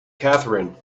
catherine